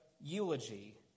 eulogy